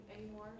anymore